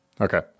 Okay